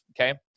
Okay